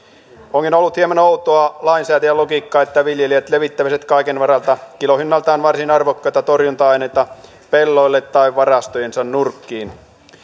onkin ollut hieman outoa lainsäätäjän logiikkaa että viljelijät levittäisivät kaiken varalta kilohinnaltaan varsin arvokkaita torjunta aineita pelloille tai varastojensa nurkkiin